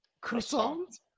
Croissant